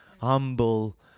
humble